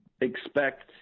expect